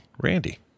Randy